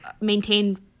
maintain